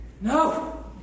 No